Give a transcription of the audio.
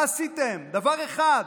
מה עשיתם, דבר אחד?